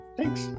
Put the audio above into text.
Thanks